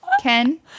Ken